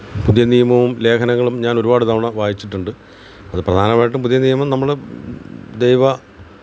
പുതിയ നിയമവും ലേഖനങ്ങളും ഞാനൊരുപാട് തവണ വായിച്ചിട്ടുണ്ട് അത് പ്രധാനമായിട്ടും പുതിയ നിയമം നമ്മൾ ദൈവ